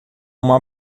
uma